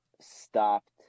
stopped